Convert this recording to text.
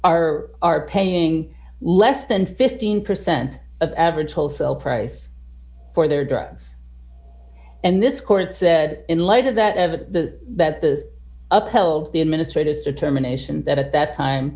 are are paying less than fifteen percent of average wholesale price for their drugs and this court said in light of that evidence that the uphill the administrators determination that at that time